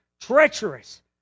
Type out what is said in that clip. treacherous